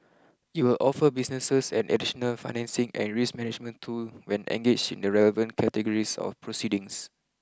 it will offer businesses an additional financing and risk management tool when engaged in the relevant categories of proceedings